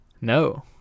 No